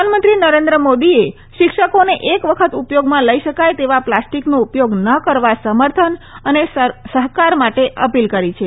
પ્રધાનમંત્રી નરેન્દ્ર મોદીએ શિક્ષકોને એક વખત ઉપયોગમાં લઈ શકાય તેવા પ્લાસ્ટિકનો ઉપયોગ ન કરવા સમર્થન અને સરકાર માટે અપીલ કરી છે